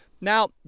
Now